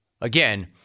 Again